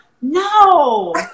No